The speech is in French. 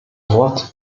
droite